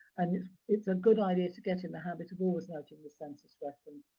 and it's it's a good idea to get in the habit of always noting the census reference,